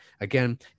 again